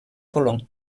color